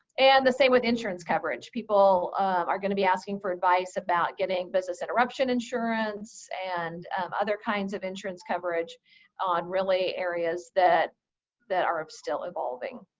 and the same with insurance coverage. people are going to be asking for advice about getting business interruption insurance and other kinds of insurance coverage on really areas that that are still evolving.